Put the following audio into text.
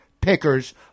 pickers